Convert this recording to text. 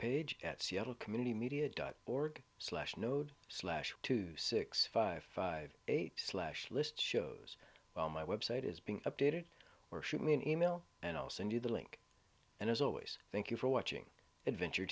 page at seattle community media dot org slash node slash two six five five eight slash list shows well my website is being updated or shoot me an email and i'll send you the link and as always thank you for watching adventure